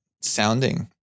sounding